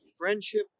friendship